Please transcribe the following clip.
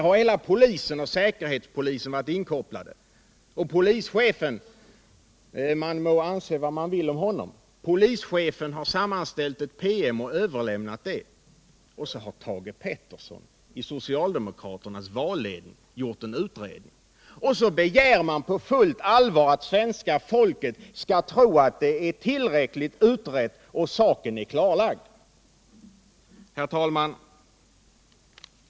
Hela polisen och säkerhetspolisen har varit inkopplade här, och polischefen - man må anse vad man vill om honom — har sammanställt en PM och 60 överlämnat den. Sedan har Thage Peterson i socialdemokraternas valledning gjort en utredning, och så begär man på fullt allvar att svenska folket skall tro att saken är tillräckligt utredd och klarlagd! Herr talman!